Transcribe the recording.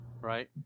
Right